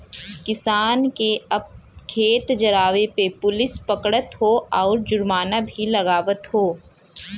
किसान के अब खेत जरावे पे पुलिस पकड़त हौ आउर जुर्माना भी लागवत हौ